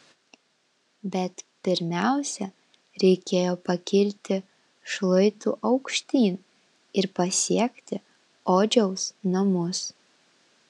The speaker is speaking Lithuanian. bet pirmiausia reikėjo pakilti šlaitu aukštyn ir pasiekti odžiaus namus